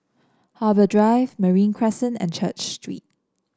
Harbour Drive Marine Crescent and Church Street